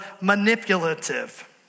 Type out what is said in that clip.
manipulative